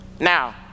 Now